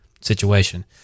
situation